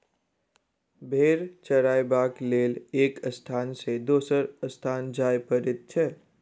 भेंड़ चरयबाक लेल एक स्थान सॅ दोसर स्थान जाय पड़ैत छै